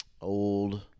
old